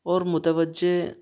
اور متوجہ